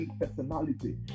personality